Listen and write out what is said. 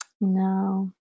No